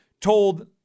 told